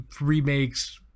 remakes